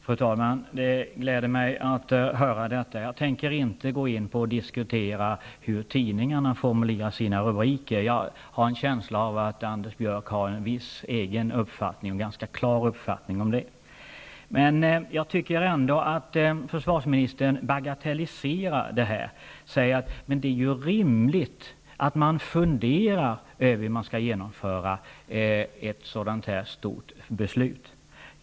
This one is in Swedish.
Fru talman! Det gläder mig att höra detta. Jag tänker inte gå in på och diskutera hur tidningarna formulerar sina rubriker. Jag har en känsla av att Anders Björck har en ganska klar uppfattning om det. Jag tycker ändå att försvarsministern bagatelliserar det här, när han säger att det är rimligt att man funderar över hur man skall genomföra ett sådant här stort beslut.